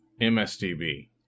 MSDB